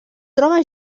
troba